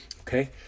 okay